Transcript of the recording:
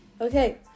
Okay